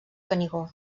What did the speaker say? canigó